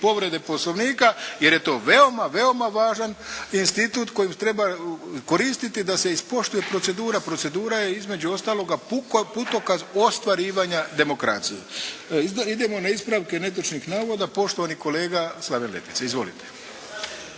povrede Poslovnika jer je to veoma, veoma važan institut koji treba koristiti da se ispoštuje procedura. Procedura je između ostaloga putokaz ostvarivanja demokracije. Idemo na ispravke netočnih navoda. Poštovani kolega Slaven Letica. Izvolite!